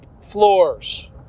floors